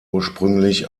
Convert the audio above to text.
ursprünglich